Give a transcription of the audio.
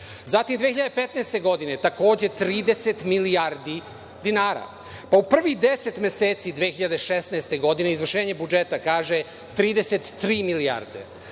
Zatim 2015. godine, takođe 30 milijardi dinara.U prvih 10 meseci 2016. godine, izvršenje budžeta kaže – 33 milijarde.